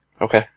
Okay